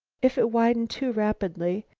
if it widened too rapidly,